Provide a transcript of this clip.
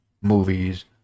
movies